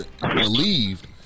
believed